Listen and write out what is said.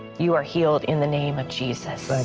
you are healed in the name of jesus.